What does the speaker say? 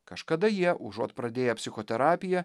kažkada jie užuot pradėję psichoterapiją